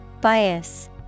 Bias